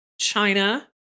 China